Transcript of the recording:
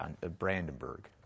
Brandenburg